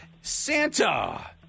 Santa